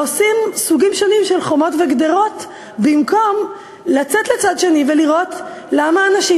ועושים סוגים שונים של חומות וגדרות במקום לצאת לצד השני ולראות למה האנשים